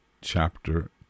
chapter